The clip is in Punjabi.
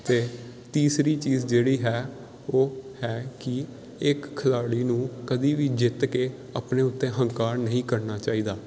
ਅਤੇ ਤੀਸਰੀ ਚੀਜ਼ ਜਿਹੜੀ ਹੈ ਉਹ ਹੈ ਕਿ ਇੱਕ ਖਿਡਾਰੀ ਨੂੰ ਕਦੇ ਵੀ ਜਿੱਤ ਕੇ ਆਪਣੇ ਉੱਤੇ ਹੰਕਾਰ ਨਹੀਂ ਕਰਨਾ ਚਾਹੀਦਾ